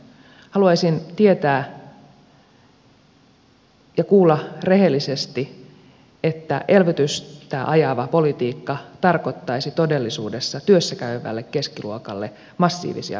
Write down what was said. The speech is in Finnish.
haluaisin kuulla rehellisesti että elvytystä ajava politiikka tarkoittaisi todellisuudessa työssä käyvälle keskiluokalle massiivisia veronkorotuksia